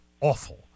awful